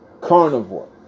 carnivore